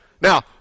Now